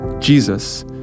Jesus